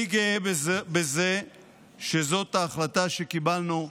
אני גאה בזה שזאת ההחלטה שקיבלנו,